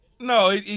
No